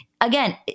again